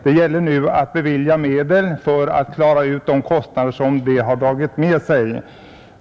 Det gäller nu att bevilja medel för att klara de kostnader som detta har dragit med sig.